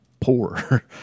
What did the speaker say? poor